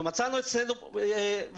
ומצאנו את עצמנו לבד.